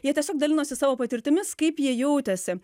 jie tiesiog dalinosi savo patirtimis kaip jie jautėsi